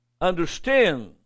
understand